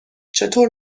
چطور